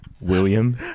William